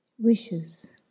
Wishes